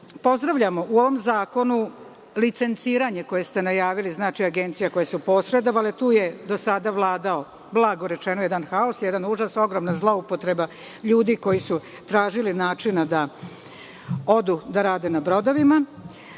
očekujemo. Pozdravljamo u ovom zakonu licenciranje, koje ste najavili, agencija koje su posredovale. Tu je do sada vladao, blago rečeno, jedan haos, jedan užas, ogromna zloupotreba ljudi koji su tražili način da rade na brodovima.